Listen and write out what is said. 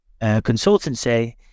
consultancy